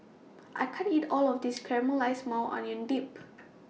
I can't eat All of This Caramelized Maui Onion Dip